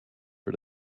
for